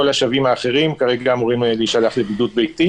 הקרובות עוד אמורים להישלח לבידוד ביתי.